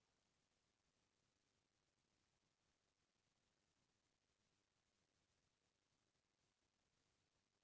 आज के बेरा म तो खरपतवार के समस्या ह खेती किसानी के करे म बनेच दिक्कत होथे